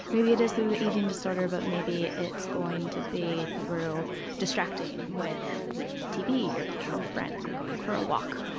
maybe it is through the eating disorder or but maybe it's going to be through distracting with tv or calling a friend and or going for a walk.